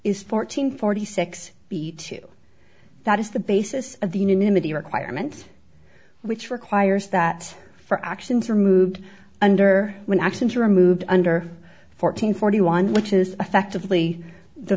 is fourteen forty six b two that is the basis of the unanimity requirement which requires that for actions removed under when actions are removed under fourteen forty one which is effectively the